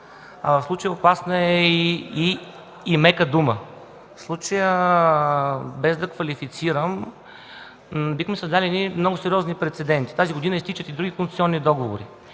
В случая „опасна” дори е мека дума. Без да квалифицирам, бихме създали много сериозни прецеденти. Тази година изтичат и други концесионни договори.